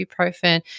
ibuprofen